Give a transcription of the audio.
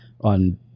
on